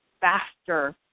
faster